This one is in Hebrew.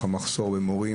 המחסור במורים,